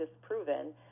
disproven